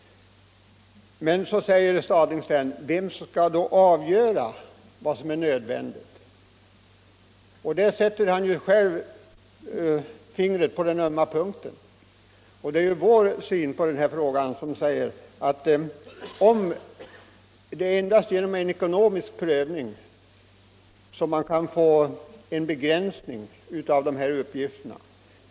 Sedan frågade herr Stadling vem som skall avgöra vad som är nödvändigt och menade att detta skulle bli svårt att lösa. Där sätter herr Stadling fingret på den ömma punkten. Det är ju vår syn på den här frågan att det endast är genom en ekonomisk prövning som man kan få en tillfredsställande begränsning av de här uppgifterna.